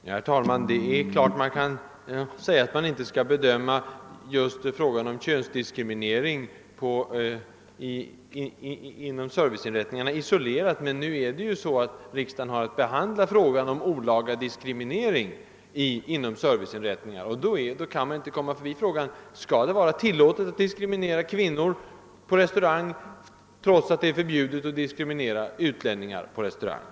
Herr talman! Naturligtvis kan det sägas att man inte bör bedöma frågan om könsdiskriminering just inom serviceinrättningarna som en isolerad fråga. Men nu har riksdagen att behandla ett ärende om olaga diskriminering inom serviceinrättningar. Då kan man inte komma förbi frågan, om det skall vara tillåtet att diskriminera kvinnor på restaurang, trots att det är förbjudet att diskriminera utlänningar på restaurang.